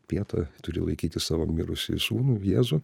pieta turi laikyti savo mirusį sūnų jėzų